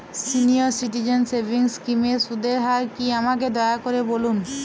senior citizen savings স্কিমের সুদের হার কী আমাকে দয়া করে বলুন